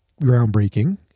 groundbreaking